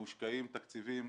מושקעים תקציבים